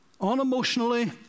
unemotionally